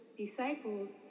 Disciples